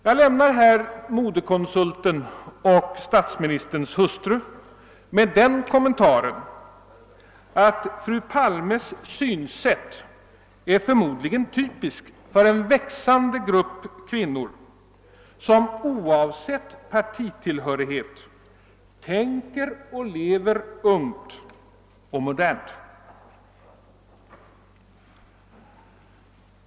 Jag lämnar i detta sammanhang modekonsulten och statsministerns hustru med den kommentaren att fru Palmes synsätt förmodligen är typiskt för en växande grupp kvinnor, som oavsett partitillhörighet tänker och lever ungt och modernt.